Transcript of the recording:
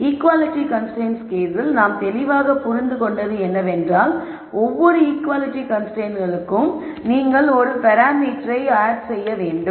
equality constraints கேஸில் நாம் தெளிவாக புரிந்து கொண்டது என்னவென்றால் ஒவ்வொரு ஈகுவாலிட்டி கன்ஸ்ரைன்ட்ற்கும் நீங்கள் ஒரு பராமீட்டரை ஆட் செய்ய வேண்டும்